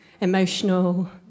emotional